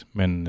men